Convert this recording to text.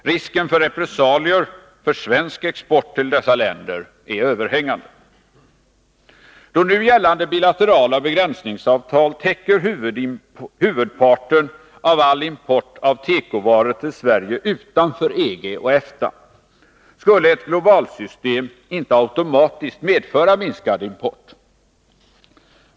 Risken för repressalier för svensk export till dessa länder är överhängande. Då nu gällande bilaterala begränsningsavtal täcker huvudparten av all import av tekovaror till Sverige utanför EG och EFTA skulle ett globalsystem inte automatiskt medföra minskad import.